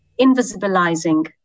invisibilizing